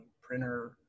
printer